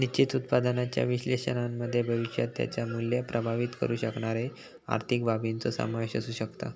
निश्चित उत्पन्नाच्या विश्लेषणामध्ये भविष्यात त्याचा मुल्य प्रभावीत करु शकणारे आर्थिक बाबींचो समावेश असु शकता